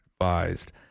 advised